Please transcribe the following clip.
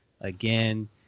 Again